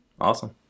awesome